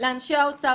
לאנשי האוצר,